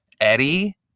Eddie